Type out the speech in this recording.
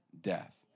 death